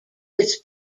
its